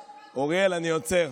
אוריאל, אני עוצר.